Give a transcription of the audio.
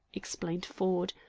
explained ford.